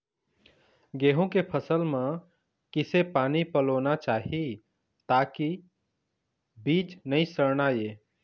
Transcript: गेहूं के फसल म किसे पानी पलोना चाही ताकि बीज नई सड़ना ये?